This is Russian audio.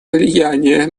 влияние